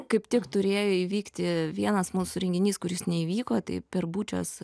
kaip tik turėjo įvykti vienas mūsų renginys kuris neįvyko tai per bučios